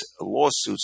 lawsuits